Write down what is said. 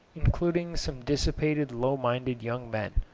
including some dissipated low-minded young men.